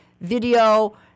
video